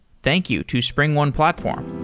thank you to springone platform